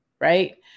right